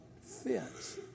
fence